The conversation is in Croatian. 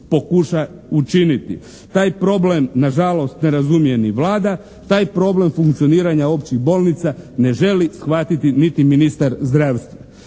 pokuša učiniti. Taj problem nažalost ne razumije ni Vlada, taj problem funkcioniranja općih bolnica ne želi shvatiti niti ministar zdravstva.